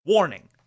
Warning